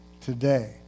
today